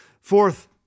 Fourth